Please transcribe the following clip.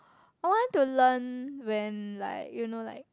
I want to learn when like you know like